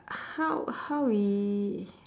how how we